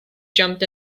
jumped